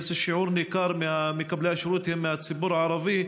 שיעור ניכר ממקבלי השירות הם מהציבור הערבי,